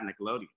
Nickelodeon